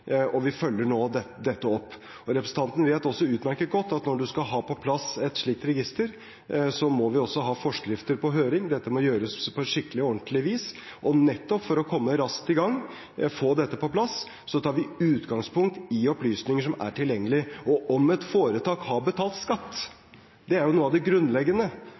Og vi følger nå dette opp. Representanten vet også utmerket godt at når man skal ha på plass et slikt register, må man også ha forskrifter på høring. Dette må gjøres på skikkelig og ordentlig vis. Og nettopp for å komme raskt i gang og for å få dette på plass, tar vi utgangspunkt i opplysninger som er tilgjengelig. Om et foretak har betalt skatt, er jo noe av det grunnleggende.